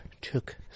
took